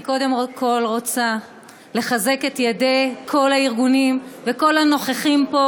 אני קודם כול רוצה לחזק את ידי כל הארגונים וכל הנוכחים פה,